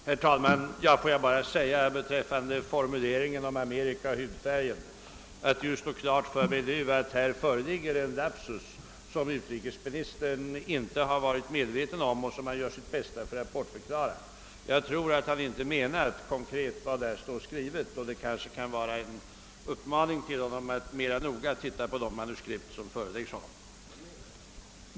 Herr talman! Får jag bara beträffande formuleringen om Amerika och hudfärgen säga att det nu står klart för mig att det här föreligger en lapsus, som utrikesministern inte varit medveten om och som han nu gör sitt bästa för att bortförklara. Jag tror inte att han konkret menar vad som står skrivet. Detta kan kanske vara en uppmaning till honom att mer noggrant titta på de manuskript som föreläggs honom.